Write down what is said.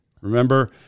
remember